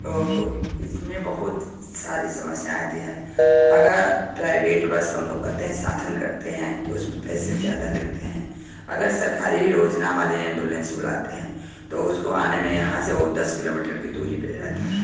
तो इसमें बहुत सारी समस्याएँ आती हैं अगर प्राइवेट बस हम लोग करते हैं साधन करते हैं तो उसमें पैसे ज्यादा लगते हैं अगर सरकारी योजना हमारे हम एम्बुलेंस बुलाते हैं तो उसको आने में यहाँ से दस किलोमीटर की दूरी पर रहता है